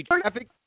traffic